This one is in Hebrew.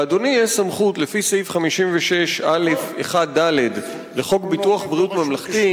לאדוני יש סמכות לפי סעיף 56(א)(1)(ד) לחוק ביטוח בריאות ממלכתי